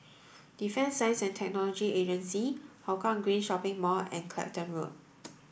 Defence Science and Technology Agency Hougang Green Shopping Mall and Clacton Road